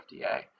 fda